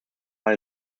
are